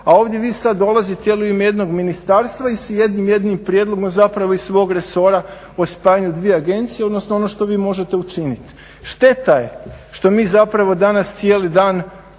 a ovdje vi sad dolazite u ime jednog ministarstva i s jednim prijedlogom a zapravo iz svog resora o spajanju dvije agencije, odnosno ono što vi možete učiniti. Šteta je što mi zapravo danas cijeli dan se bavimo